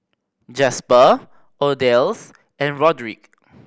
Jasper Odalys and Roderic